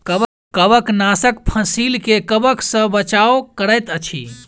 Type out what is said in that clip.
कवकनाशक फसील के कवक सॅ बचाव करैत अछि